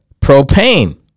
propane